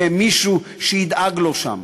יהיה מישהו שידאג לו שם,